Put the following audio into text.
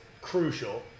crucial